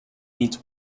needs